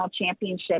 championship